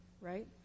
right